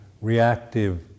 reactive